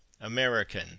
American